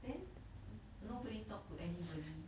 then nobody talked to anybody